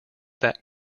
that